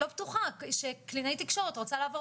אני לא בטוחה שקלינאית תקשורת רוצה לעבור